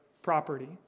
property